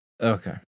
Okay